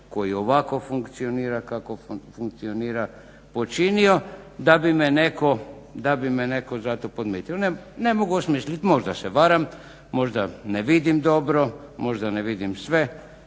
koji ovako funkcionira kako funkcionira počinio da bi me netko za to podmitio. Ne mogu osmislit, možda se varam, možda ne vidim dobro, možda ne vidim sve,